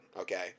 okay